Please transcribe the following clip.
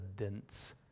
evidence